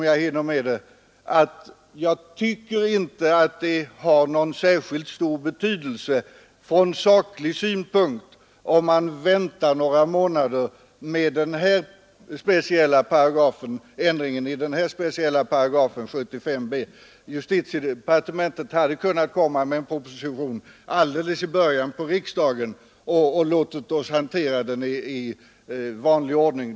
Jag tycker inte att det har så stor betydelse från saklig synpunkt om man väntar några månader med ändringen i den speciella paragrafen 75 b. Justitiedepartementet hade kunnat komma med en proposition i början av riksdagen och låtit oss hantera den i vanlig ordning.